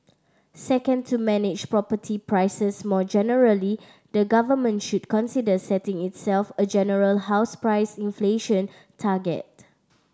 second to manage property prices more generally the government should consider setting itself a general house price inflation target